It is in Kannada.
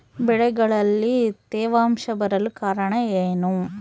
ಬೆಳೆಗಳಲ್ಲಿ ತೇವಾಂಶ ಬರಲು ಕಾರಣ ಏನು?